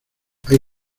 hay